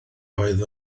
oedd